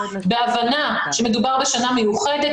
בהבנה שמדובר בשנה מיוחדת,